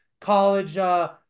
college